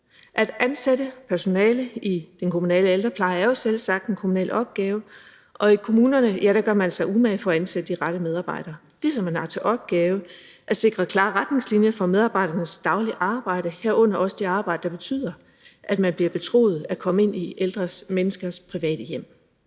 At ansætte personale i den kommunale ældrepleje er jo selvsagt en kommunal opgave, og i kommunerne gør man sig umage for at ansætte de rette medarbejdere, ligesom man har til opgave at sikre klare retningslinjer for medarbejdernes daglige arbejde, herunder også det arbejde, der betyder, at man bliver betroet at komme ind i ældre menneskers private hjem.